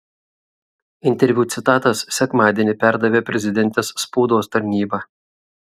interviu citatas sekmadienį perdavė prezidentės spaudos tarnyba